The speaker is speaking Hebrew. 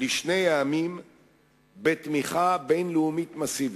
לשני העמים בתמיכה בין-לאומית מסיבית.